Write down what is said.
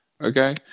okay